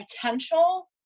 potential